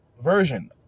version